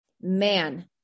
man